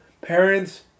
parents